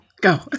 Go